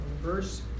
verse